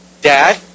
Dad